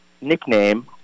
nickname